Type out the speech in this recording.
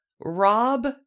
Rob